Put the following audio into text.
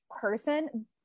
person